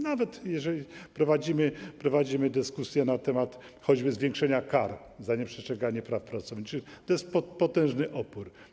Nawet jeżeli prowadzimy dyskusję na temat choćby zwiększenia kar za nieprzestrzeganie praw pracowniczych, to jest potężny opór.